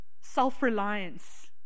self-reliance